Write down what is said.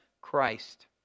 Christ